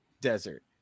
desert